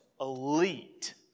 elite